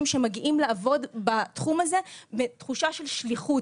שמגיעים לעבוד בתחום הזה מתחושה של שליחות.